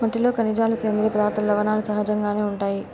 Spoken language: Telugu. మట్టిలో ఖనిజాలు, సేంద్రీయ పదార్థాలు, లవణాలు సహజంగానే ఉంటాయి